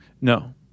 No